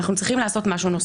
אנחנו צריכים לעשות משהו נוסף.